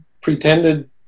pretended